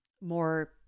more